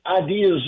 ideas